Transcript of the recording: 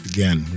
Again